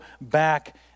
back